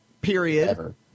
period